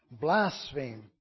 blaspheme